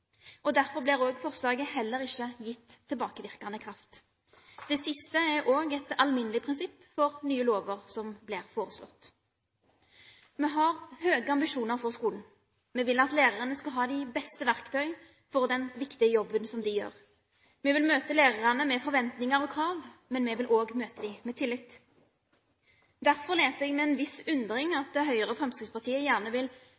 Derfor blir også forslaget heller ikke gitt tilbakevirkende kraft. Det siste er også et alminnelig prinsipp for nye lover som blir foreslått. Vi har høye ambisjoner for skolen. Vi vil at lærerne skal ha de beste verktøy for den viktige jobben som de gjør. Vi vil møte lærerne med forventninger og krav, men vi vil også møte dem med tillit. Derfor leser jeg med en viss undring at Høyre og Fremskrittspartiet gjerne vil